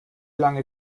lange